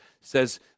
says